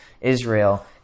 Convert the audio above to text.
Israel